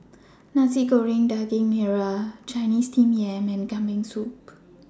Nasi Goreng Daging Merah Chinese Steamed Yam and Kambing Soup